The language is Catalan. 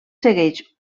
segueix